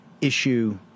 issue